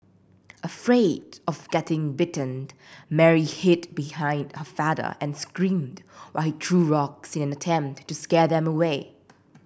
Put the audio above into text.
afraid of getting bitten Mary hid behind her father and screamed while he threw rocks in an attempt to scare them away